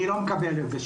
אני לא מקבל את זה.